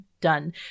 done